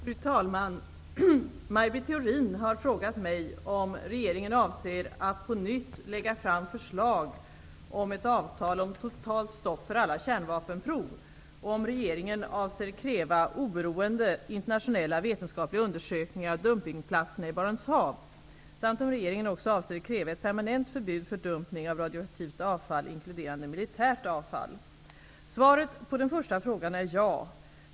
Fru talman! Maj Britt Theorin har frågat mig om regeringen avser att på nytt lägga fram förslag om ett avtal om totalt stopp för alla kärnvapenprov och om regeringen avser kräva oberoende internationella vetenskapliga undersökningar av dumpningsplatserna i Barents hav samt om regeringen också avser kräva ett permanent förbud för dumpning av radioaktivt avfall, inkluderande militärt avfall. Svaret på den första frågan är ja.